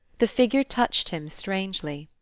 the figure touched him strangely.